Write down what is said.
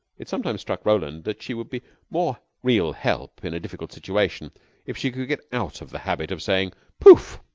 it sometimes struck roland that she would be more real help in a difficult situation if she could get out of the habit of saying poof!